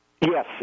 Yes